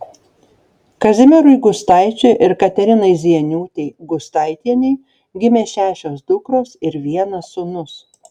kazimierui gustaičiui ir katerinai zieniūtei gustaitienei gimė šešios dukros ir vienas sūnus